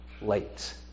late